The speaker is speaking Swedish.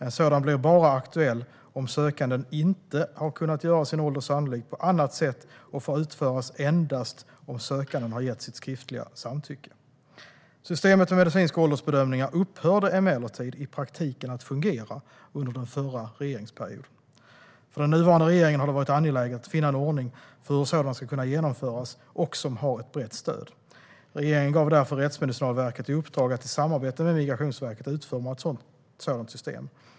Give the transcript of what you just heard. En sådan blir bara aktuell om sökanden inte har kunnat göra sin ålder sannolik på annat sätt, och den får utföras endast om sökanden har gett sitt skriftliga samtycke. Systemet med medicinska åldersbedömningar upphörde emellertid i praktiken att fungera under den förra regeringsperioden. För den nuvarande regeringen har det varit angeläget att finna en ordning för hur sådana ska kunna genomföras som har ett brett stöd. Regeringen gav därför Rättsmedicinalverket i uppdrag att i samarbete med Migrationsverket utforma ett sådant system.